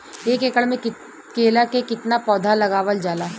एक एकड़ में केला के कितना पौधा लगावल जाला?